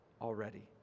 already